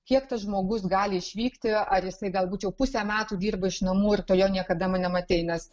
kiek tas žmogus gali išvykti ar jisai gal būčiau pusę metų dirba iš namų ir tu jo niekada nematei nes